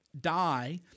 die